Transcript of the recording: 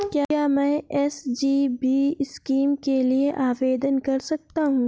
क्या मैं SGB scheme के लिए आवेदन कर सकता हूँ?